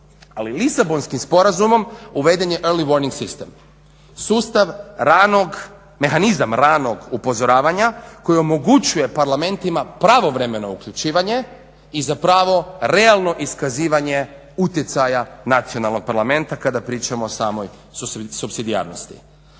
ali Lisabonskim sporazumom uveden je early vojni sistem. Sustav ranog, mehanizam ranog upozoravanja koji omogućuje parlamentima pravovremeno uključivanje i zapravo realno iskazivanje utjecaja nacionalnog Parlamenta kada pričamo o samoj supsidijarnosti.